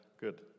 good